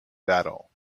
battle